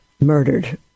Murdered